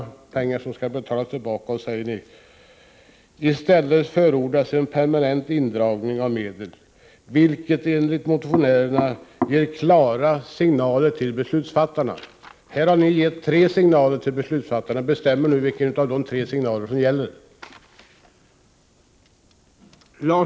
Det är pengar som skall betalas tillbaka. I stället förordas en permanent indragning av medlen, vilket ger klara signaler till beslutsfattarna. Här har ni gett tre signaler till beslutsfattarna. Bestäm er nu vilken av dessa tre signaler som gäller!